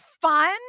fun